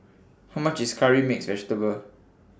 How much IS Curry Mixed Vegetable